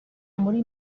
muri